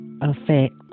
effect